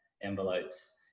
envelopes